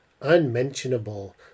unmentionable